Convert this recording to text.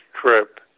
trip